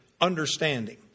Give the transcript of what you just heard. understanding